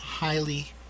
highly